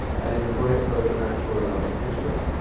and it embraced both the natural and artificial.